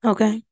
Okay